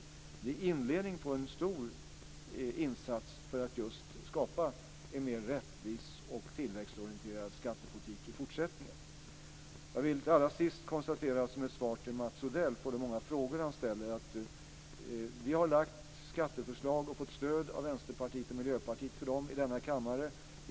Det är inledningen på en stor insats för att just skapa en mer rättvis och tillväxtorienterad skattepolitik i fortsättningen. Jag vill allra sist som ett svar på de många frågor som Mats Odell ställer konstatera att vi har lagt fram skatteförslag och fått stöd av Vänsterpartiet och Miljöpartiet för dem i denna kammare.